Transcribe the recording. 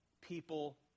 people